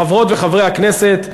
חברות וחברי הכנסת,